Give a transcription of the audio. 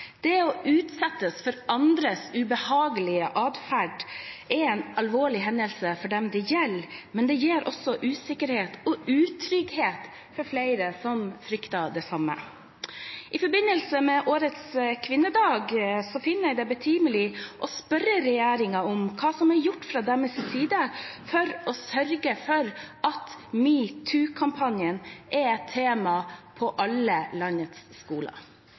Det å bli utsatt for andres ubehagelige atferd er en alvorlig hendelse for den det gjelder, og gir usikkerhet og utrygghet for flere som frykter å bli utsatt for det samme. I forbindelse med årets kvinnedag finner jeg det betimelig å spørre regjeringen om hva som er gjort fra dens side for å sørge for at metoo-kampanjen er et tema på landets skoler?»